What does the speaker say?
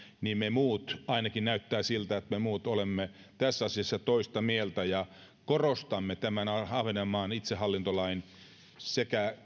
niin me muut ainakin näyttää siltä että me muut olemme tässä asiassa toista mieltä ja korostamme tämän ahvenanmaan itsehallintolain merkitystä sekä